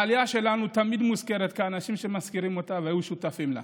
העלייה שלנו תמיד מוזכרת מאנשים שמזכירים אותה והיו ושותפים לה.